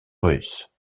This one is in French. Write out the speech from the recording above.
russe